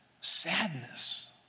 Sadness